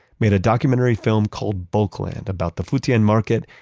made a documentary film called bulkland about the futian market,